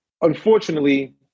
Unfortunately